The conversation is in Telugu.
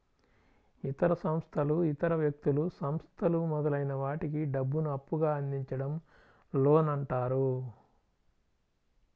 ఇతర సంస్థలు ఇతర వ్యక్తులు, సంస్థలు మొదలైన వాటికి డబ్బును అప్పుగా అందించడం లోన్ అంటారు